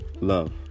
Love